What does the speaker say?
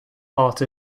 part